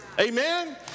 Amen